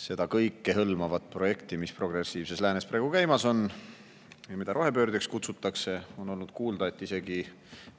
seda kõikehõlmavat projekti, mis on progressiivses läänes praegu käimas ja mida kutsutakse rohepöördeks. On olnud kuulda, et isegi